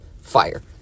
fire